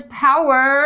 power